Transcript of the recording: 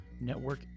network